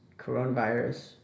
coronavirus